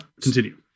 Continue